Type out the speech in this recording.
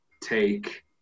take